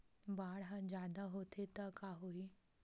बाढ़ ह जादा होथे त का होही?